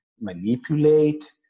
manipulate